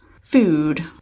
food